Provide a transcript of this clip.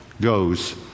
goes